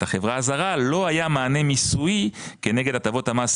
החברה הזרה ולא היה מענה מיסויי כנגד הטבות המס